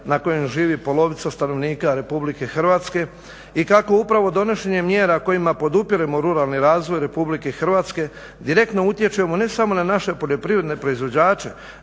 na kojem živi polovica stanovnika Republike Hrvatske i kako upravo donošenjem mjera kojima podupiremo ruralni razvoj Republike Hrvatske direktno utječemo ne samo na naše poljoprivredne proizvođače